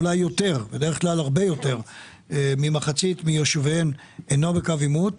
ובדרך כלל הרבה יותר ממחצית מיושביהן אינו בקו עימות,